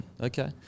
Okay